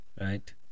right